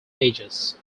edges